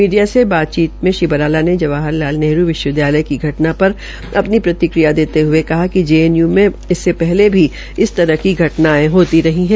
media से बातचीत में श्री बराला ने जवाहर लाल नेहरू विश्वविद्यालय की घटना पर अपनी प्रतिक्रिया देते हये कहा कि जेएनयू में पहले भी इस तरह की घटनायें होती रही है